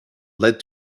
led